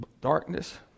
darkness